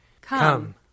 Come